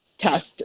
test